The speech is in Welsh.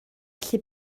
allu